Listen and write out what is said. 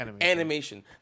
animation